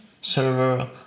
server